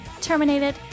Terminated